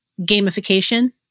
gamification